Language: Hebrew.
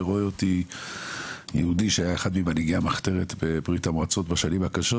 ורואה אותי יהודי שהיה אחד ממנהיגי המחתרת בברית המועצות בשנים הקשות.